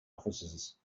offices